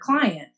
client